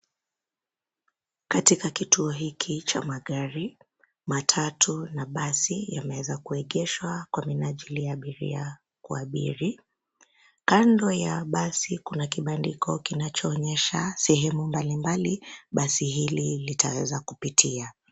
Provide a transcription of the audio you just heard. Katika kituo hiki cha magari, matatu na basi yameweza kueegeshwa kwa minajili ya abiria kuabiri. Kando ya basi kuna kibandiko kinachoonyesha sehemu mbalimbali basi hili litaweza kupitia.